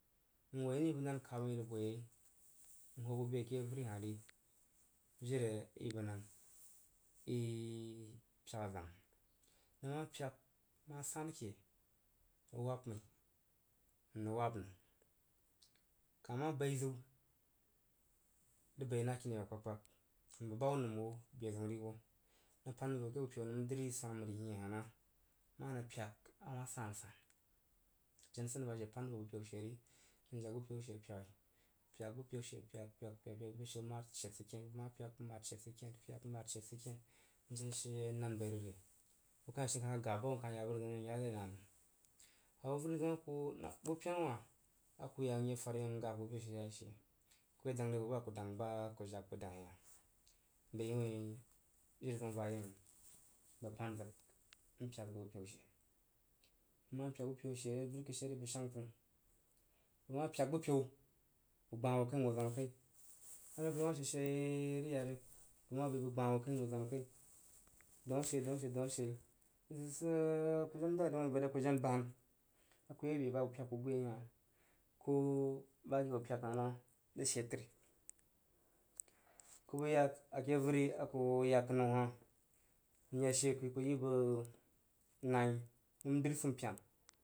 N woi nəi bəg nan kab məi rig, n yi n hoo be ke be hah ri jiri dyak na zang. I ma pyak ma san ke rig wab məi n rig wab nəng kah ma bai ziw rig bai na kini ye aba kpag koag n bəg ba hub nəm bo bezəun ri bo nəng pan vo ke bu peu nəm dri swana nəri nyein hah ma nəng pyak sasan. Jena nsani ba she pan vo bu peu she n pyak bu peu she pyakpyak n kah gab ba hu n ya bo avəri zəun a bo avəri aku yak na pera wuh hsab ho bu peu ba she yak ku ye dang re bəg ba a ku jag ba she darashi bəg wuí jiri zəun bayeməng bəg pan zig n pyak bu peu she a re beshe ri bəg shang təng bəg ma pyak bupəu gbah hoo kai n hoo zwamp kai sid ri dau she riyak bəg ma bəi bəg gbah hoo kai n hoo zwap kai daun ashe dau ashe daun ashe sig sig, sig ku jen duag wuin bari a ku jen ban a ku ye woi be ba ku pyak bu ye hah ko bu ba ku pya hah nah rig shed təri ku jag a ke avəri a ku hoo yak kənnəu hah ku ya she kuyi kuyi bəg nai nəm dri zəun gbanhah swam pena.